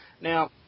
Now